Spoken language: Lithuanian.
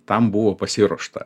tam buvo pasiruošta